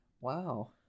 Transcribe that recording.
Wow